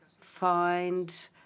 find